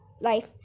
life